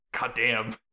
Goddamn